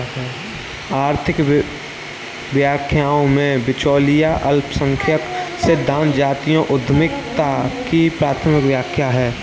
आर्थिक व्याख्याओं में, बिचौलिया अल्पसंख्यक सिद्धांत जातीय उद्यमिता की प्राथमिक व्याख्या है